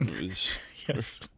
Yes